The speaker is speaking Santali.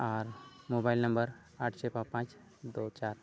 ᱟᱨ ᱢᱳᱵᱟᱭᱤᱞ ᱱᱟᱢᱵᱟᱨ ᱟᱴ ᱪᱷᱚᱭ ᱯᱟᱸᱪ ᱯᱟᱸᱪ ᱫᱩᱭ ᱪᱟᱨ